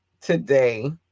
today